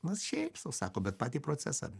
nu šiaip sau sako bet patį procesą